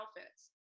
outfits